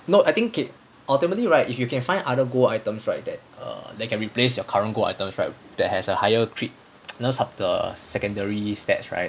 no I think k~ ultimately right if you can find other gold items right that err that can replace your current gold items right that have a higher crit in terms of the secondary stats right